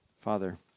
Father